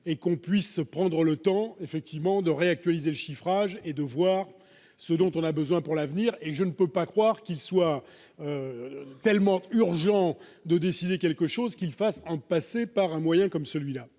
que l'on puisse prendre le temps de réactualiser le chiffrage et de voir ce dont on a besoin pour l'avenir. Je ne peux pas croire qu'il soit tellement urgent de décider quelque chose qu'il faille en passer par un moyen comme celui-là.